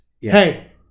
hey